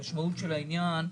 המשמעות של העניין,